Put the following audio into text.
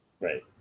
Right